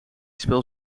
speel